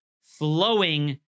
flowing